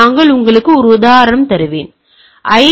நான் உங்களுக்கு ஒரு உதாரணம் தருவேன் போல ஐ